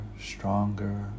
stronger